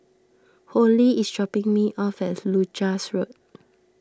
Hollie is dropping me off at Leuchars Road